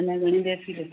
अञा घणी देरि थी लॻे